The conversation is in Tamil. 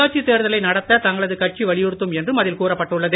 உள்ளாட்சித் தேர்தலை நடத்த தங்களது கட்சி வலியுறுத்தும் என்றும் அதில் கூறப்பட்டுள்ளது